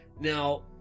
now